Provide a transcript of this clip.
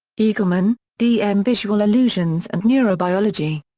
eagleman, d. m. visual illusions and neurobiology.